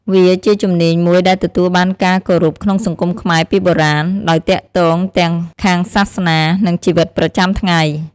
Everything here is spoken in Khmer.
វាជាជំនាញមួយដែលទទួលបានការគោរពក្នុងសង្គមខ្មែរពីបុរាណ ដោយទាក់ទងទាំងខាងសាសនា និងជីវិតប្រចាំថ្ងៃ។